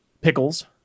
pickles